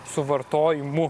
su vartojimu